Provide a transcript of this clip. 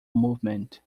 movement